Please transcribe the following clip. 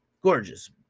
gorgeous